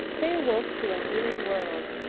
they awoke to a new world.